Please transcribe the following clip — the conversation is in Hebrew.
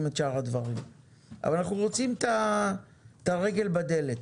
את שאר הדברים אבל אנחנו רוצים את הרגל בדלת.